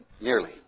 nearly